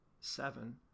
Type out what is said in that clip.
seven